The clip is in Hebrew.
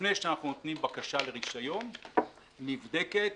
לפני שאנחנו נותנים בקשה לרישיון, נבדקת